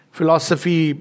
Philosophy